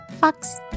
Fox